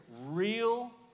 Real